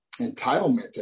entitlement